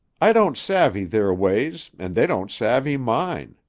i don't savvy their ways and they don't savvy mine.